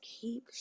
keep